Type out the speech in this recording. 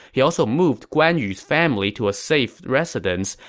he also moved guan yu's family to a safe residence,